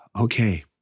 okay